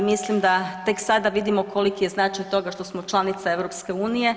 I mislim da tek sada vidimo koliki je značaj toga što smo članica EU.